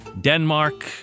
Denmark